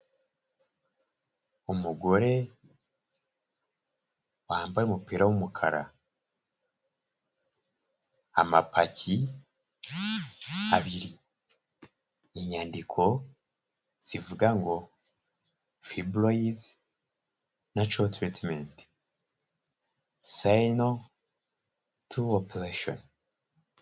Umugore wambaye umupira w'umukara amapaki abiri inyandiko zivuga ngo Fibroids Natural Treatment say no to operation .